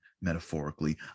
metaphorically